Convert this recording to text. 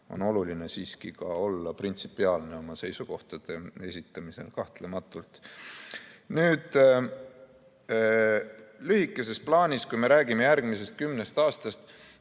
On oluline siiski ka olla printsipiaalne oma seisukohtade esitamisel, kahtlematult. Lühikeses plaanis, kui me räägime järgmisest kümnest aastast,